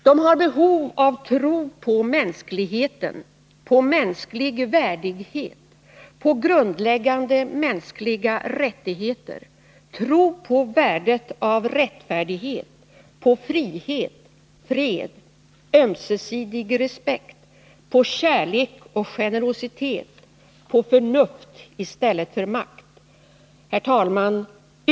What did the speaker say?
De har behov av tro på mänskligheten, på mänsklig värdighet, på grundläggande mänskliga rättigheter, tro på värdet av rättfärdighet, på frihet, fred, ömsesidig respekt, på kärlek och generositet, på förnuft i stället för makt.” Herr talman!